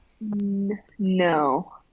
No